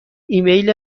ایمیل